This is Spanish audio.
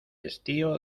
estío